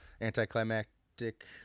anticlimactic